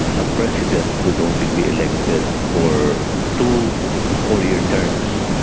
a president could only be elected for two four-year terms,